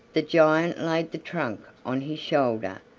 the giant laid the trunk on his shoulder,